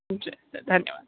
जी sir धन्यवाद